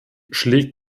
schlägt